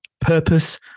purpose